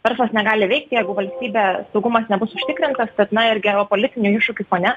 verslas negali veikt jeigu valstybė saugumas nebus užtikrintas tad na ir geopolitinių iššūkių fone